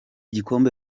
gikombe